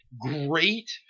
Great